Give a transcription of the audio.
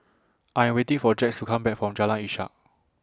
I Am waiting For Jax to Come Back from Jalan Ishak